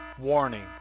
Warning